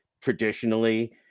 traditionally